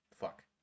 Fuck